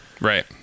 Right